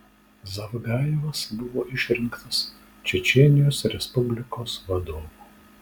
zavgajevas buvo išrinktas čečėnijos respublikos vadovu